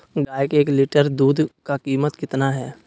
गाय के एक लीटर दूध का कीमत कितना है?